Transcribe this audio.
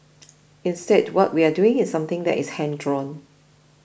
instead what we are doing is something that is hand drawn